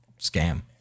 scam